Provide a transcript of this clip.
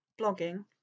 blogging